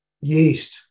yeast